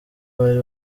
bari